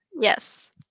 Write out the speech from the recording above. yes